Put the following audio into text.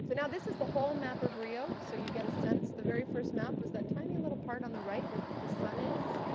now this is the whole map of rio so you get a sense. the very first map was that tiny little part on the right where the sun is.